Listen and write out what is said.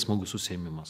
smagus užsiėmimas